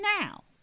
now